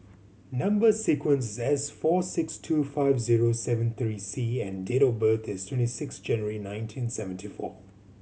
number sequence is S four six two five zero seven three C and date of birth is twenty six January nineteen seventy four